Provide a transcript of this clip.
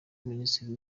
minisitiri